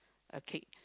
a cake